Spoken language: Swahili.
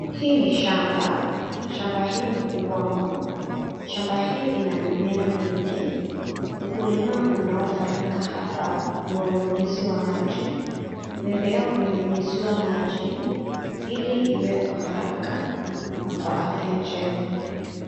Hii ni shamba, shamba hii ni kubwa mno. Shamba hii ina mimea mingi. Ukulima unaofanyika hapa ni wa unyunyuzi wa maji. Mimea hunyunyuziwa maji ili iwe kwa haraka na kwa afya njema.